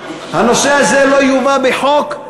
הנושא הזה לא יובא בחוק,